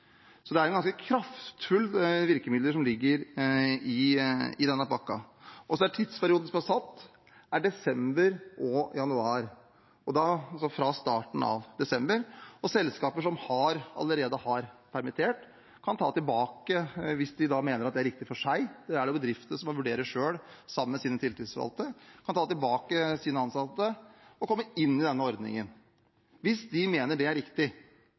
Så det er ganske kraftfulle virkemidler som ligger i denne pakken. Tidsperioden som er satt, er desember, altså fra starten av desember, og januar. Selskaper som allerede har permittert, kan ta tilbake sine ansatte hvis de mener det er riktig for seg. Det er det bedriftene som må vurdere selv, sammen med sine tillitsvalgte. De kan ta tilbake sine ansatte og komme inn i denne ordningen, hvis de mener det er riktig.